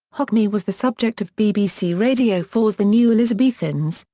hockney was the subject of bbc radio four's the new elizabethans,